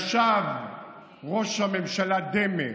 ראש ממשלה דמה,